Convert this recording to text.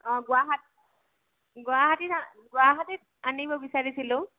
অঁ গুৱাহাটীত গুৱাহাটীত গুৱাহাটীত আনিব বিচাৰিছিলোঁ